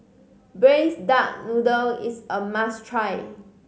Braised Duck Noodle is a must try